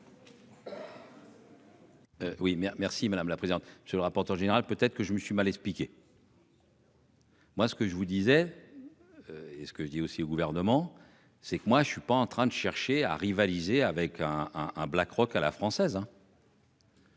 mais. Merci madame la présidente sur le rapporteur général. Peut-être que je me suis mal expliqué. Moi ce que je vous disais. Et ce que je dis aussi au gouvernement, c'est que moi je ne suis pas en train de chercher à rivaliser avec un, un, un BlackRock à la française.